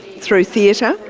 through theatre,